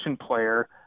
player